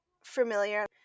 familiar